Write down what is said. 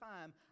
time